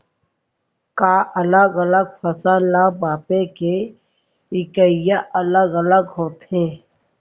का अलग अलग फसल ला मापे के इकाइयां अलग अलग होथे?